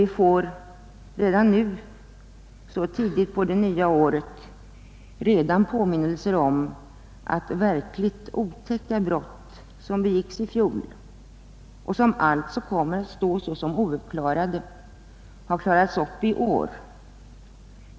Vi får redan nu så tidigt på det nya året påminnelser om att verkligt otäcka brott, som begicks i fjol och som alltså kommer att redovisas så som ouppklarade för fjolåret, har klarats upp i år.